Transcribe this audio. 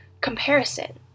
comparison